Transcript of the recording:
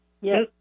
Yes